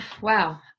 Wow